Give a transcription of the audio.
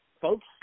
folks